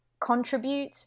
contribute